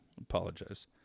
Apologize